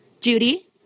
Judy